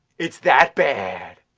it's that bad!